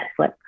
Netflix